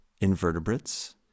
invertebrates